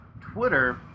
twitter